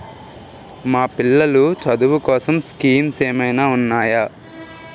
మా పిల్లలు చదువు కోసం స్కీమ్స్ ఏమైనా ఉన్నాయా?